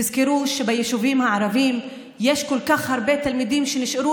תזכרו שביישובים הערביים יש כל כך הרבה תלמידים שנשארו